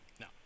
No